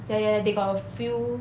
ya ya ya they got a few